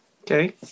Okay